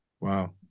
Wow